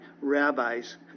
rabbis